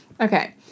Okay